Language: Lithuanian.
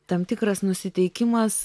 tam tikras nusiteikimas